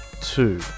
Two